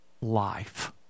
life